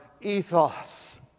ethos